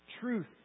Truth